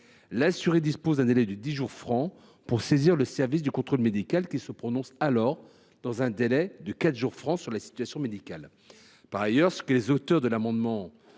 L’assuré disposera d’un délai de dix jours francs pour saisir le service du contrôle médical, qui se prononcera alors dans un délai de quatre jours francs sur la situation médicale